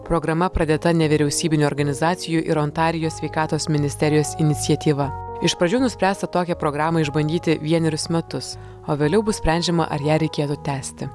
programa pradėta nevyriausybinių organizacijų ir ontarijo sveikatos ministerijos iniciatyva iš pradžių nuspręsta tokią programą išbandyti vienerius metus o vėliau bus sprendžiama ar ją reikėtų tęsti